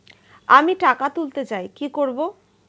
আমি টাকা তুলতে চাই কি করব?